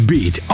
Beat